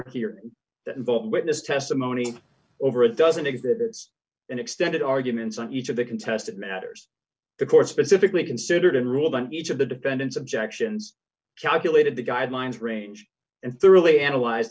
here that involved witness testimony over a dozen exhibits and extended arguments on each of the contested matters the court specifically considered and ruled on each of the defendant's objections calculated the guidelines range and thoroughly analyze